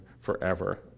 forever